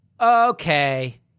Okay